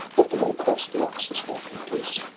let them all cross the oxus back in peace.